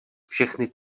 všechny